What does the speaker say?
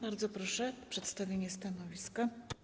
Bardzo proszę o przedstawienie stanowiska.